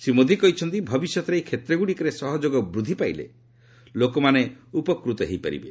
ଶ୍ରୀ ମୋଦି କହିଛନ୍ତି ଭବିଷ୍ୟତରେ ଏହି କ୍ଷେତ୍ରଗୁଡ଼ିକରେ ସହଯୋଗ ବୃଦ୍ଧି ପାଇଲେ ଲୋକମାନେ ଉପକୃତ ହୋଇପାରିବେ